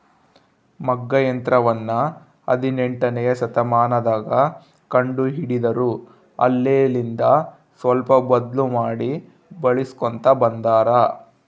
ಮಗ್ಗ ಯಂತ್ರವನ್ನ ಹದಿನೆಂಟನೆಯ ಶತಮಾನದಗ ಕಂಡು ಹಿಡಿದರು ಅಲ್ಲೆಲಿಂದ ಸ್ವಲ್ಪ ಬದ್ಲು ಮಾಡಿ ಬಳಿಸ್ಕೊಂತ ಬಂದಾರ